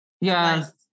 Yes